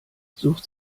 sucht